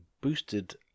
boosted